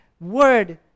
word